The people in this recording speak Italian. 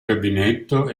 gabinetto